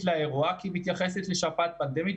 לאירוע כי היא מתייחסת לשפעת פנדמית.